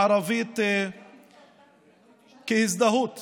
בערבית כהזדהות